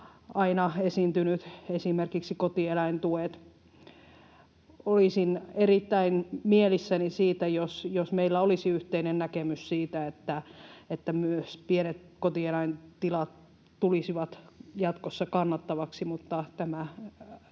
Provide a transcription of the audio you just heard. aina esiintynyt esimerkiksi kotieläintuet. Olisin erittäin mielissäni siitä, jos meillä olisi yhteinen näkemys siitä, että myös pienet kotieläintilat tulisivat jatkossa kannattaviksi,